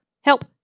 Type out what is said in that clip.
help